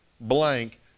blank